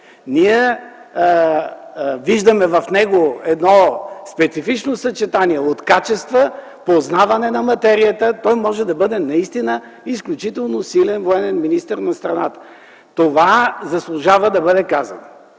Ние виждаме в него едно специфично съчетание от качества и познаване на материята. Той може да бъде наистина изключително силен военен министър на страната. Това заслужава да бъде казано.